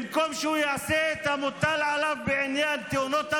במקום שהוא יעשה את המוטל עליו בעניין תאונות הדרכים,